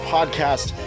Podcast